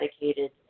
dedicated